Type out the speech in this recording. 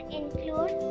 include